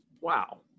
Wow